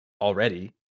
already